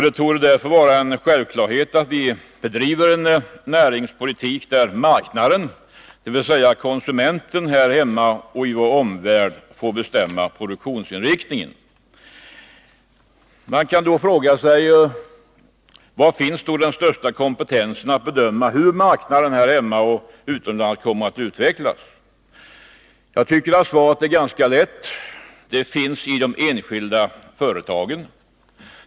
Det torde därför vara en självklarhet att vi bedriver en näringspolitik där marknaden, dvs. konsumenten här hemma och i vår omvärld, får bestämma produktionsinriktningen. Man kan då fråga sig: Var finns den största kompetensen att bedöma hur marknaden här hemma och utomlands kommer att utvecklas? Jag tycker att svaret är ganska lätt: det finns i de enskilda företagen.